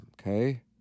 okay